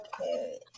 Okay